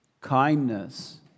kindness